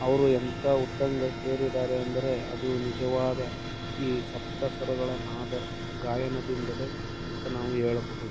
ಅವರು ಎಂಥ ಉತ್ತುಂಗಕ್ಕೇರಿದ್ದಾರೆ ಅಂದರೆ ಅದು ನಿಜವಾದ ಈ ಸಪ್ತಸ್ವರಗಳ ನಾದ ಗಾಯನದಿಂದಲೇ ಅಂತ ನಾವು ಹೇಳಬಹುದು